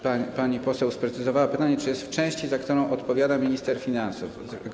Pani poseł sprecyzowała pytanie: Czy jest w części, za którą odpowiada minister finansów?